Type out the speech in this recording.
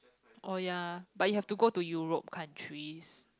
oh ya but you have to go to Europe countries